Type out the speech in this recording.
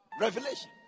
Revelation